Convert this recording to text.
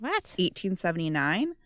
1879